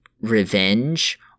revenge